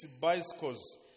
bicycles